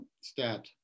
Stat